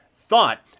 thought